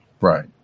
Right